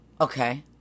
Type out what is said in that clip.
Okay